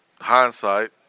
hindsight